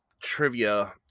trivia